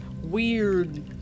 weird